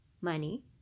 money